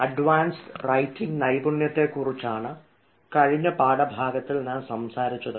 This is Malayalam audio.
അഡ്വാൻസ് റൈറ്റിംഗ് നൈപുണ്യത്തെ കുറിച്ചാണ് കഴിഞ്ഞ പാഠഭാഗത്തിൽ നാം സംസാരിച്ചത്